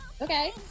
Okay